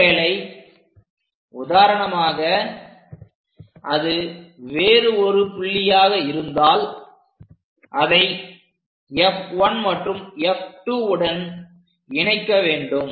ஒருவேளை உதாரணமாக அது வேறு ஒரு புள்ளியாக இருந்தால் அதை F1 மற்றும் F2 உடன் இணைக்க வேண்டும்